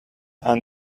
under